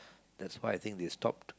that's why I think they stopped